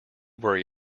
worry